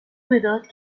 مداد